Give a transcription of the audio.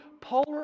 polar